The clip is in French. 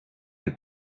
que